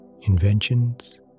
inventions